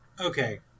Okay